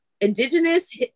Indigenous